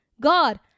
God